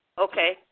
Okay